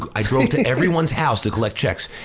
i drove to everyone's house to collect checks.